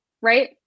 right